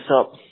up